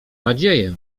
nadzieję